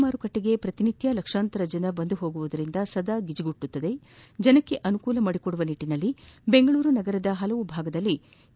ಮಾರುಕಟ್ಟೆಗೆ ಪ್ರತಿನಿತ್ಯ ಲಕ್ವಾಂತರ ಜನ ಬರುವುದರಿಂದ ಸದಾ ಗಿಜುಗುಡುತ್ತಿದೆ ಜನರಿಗೆ ಅನುಕೂಲ ಮಾಡಿಕೊಡುವ ನಿಟ್ಟಿನಲ್ಲಿ ಬೆಂಗಳೂರು ನಗರದ ವಿವಿಧ ಭಾಗಗಳಲ್ಲಿ ಕೆ